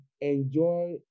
enjoy